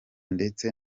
ndetse